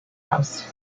house